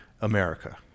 America